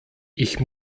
ich